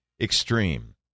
Extreme